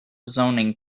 zoning